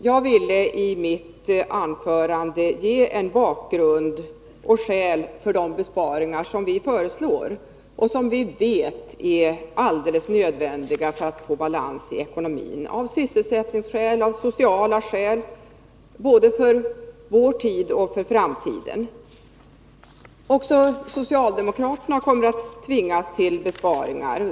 Jag ville i mitt anförande ange bakgrunden till och skälen för de besparingar som vi föreslår och som vi vet är alldeles nödvändiga för att få balans i ekonomin — av sysselsättningsskäl och av sociala skäl, både för nutid och för framtiden. Också socialdemokraterna kommer att tvingas till besparingar.